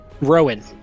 Rowan